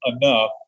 enough